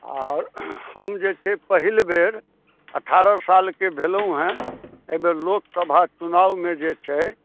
आओर हम जे छै पहिल बेर अठारह सालके भेलहुँ हेँ एहि बेर लोकसभा चुनावमे जे छै